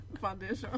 foundation